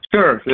Sure